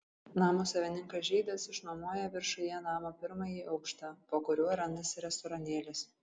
namo savininkas žydas išnuomoja viršuje namo pirmąjį aukštą po kuriuo randasi restoranėlis